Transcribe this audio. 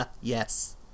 Yes